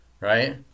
right